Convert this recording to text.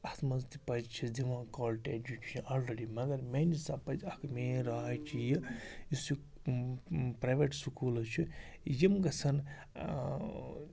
اَتھ منٛز تہِ پَزِ چھِ دِوان کالٹی اٮ۪جُکیشَن آلریڈی مگر میٛانہِ حِساب پَزِ اَکھ میٲنۍ راے چھِ یہِ یُس یہِ پرٮ۪ویٹ سکوٗلٕز چھِ یِم گژھن